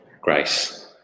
grace